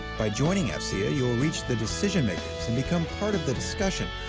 by joining afcea you'll reach the decision makers and become part of the discussion.